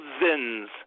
thousands